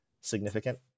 significant